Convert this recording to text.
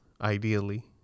ideally